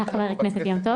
קודם כל אני מצטרפת לתודות,